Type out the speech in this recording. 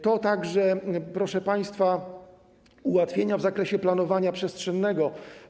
To także, proszę państwa, ułatwienia w zakresie planowania przestrzennego.